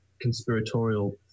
conspiratorial